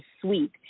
Suite